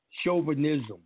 chauvinism